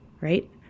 right